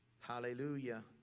Hallelujah